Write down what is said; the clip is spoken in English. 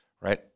right